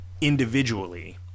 individually